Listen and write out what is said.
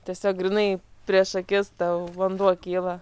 tiesiog grynai prieš akis tau vanduo kyla